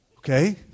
okay